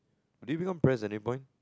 did you become pres~ at any point